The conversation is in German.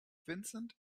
vincent